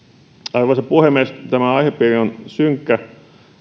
arvoisa puhemies tämä aihepiiri on synkkä